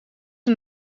een